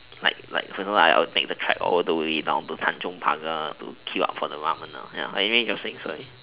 like like for example I would take the track all the way down to tanjong-pagar to queue up for the ramen ya anyway you were saying sorry